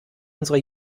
unser